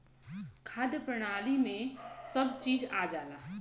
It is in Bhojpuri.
खाद्य प्रणाली में सब चीज आ जाला